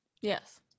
yes